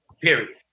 period